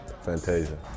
Fantasia